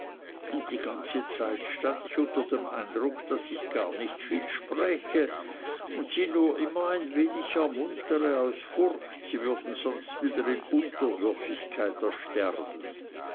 und die ganze zeit stand ich unter dem eindruck daß ich gar nicht viel spräche und sie nur immer ein wenig ermuntere aus furcht sie würden sonst wieder in unterwürfigkeit ersterben